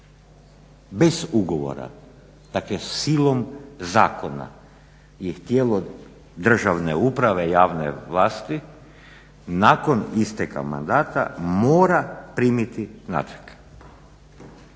bez ugovora, dakle silom zakona je tijelo državne uprave, javne vlasti nakon isteka mandata mora primiti natrag.